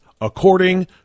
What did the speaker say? according